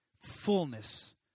fullness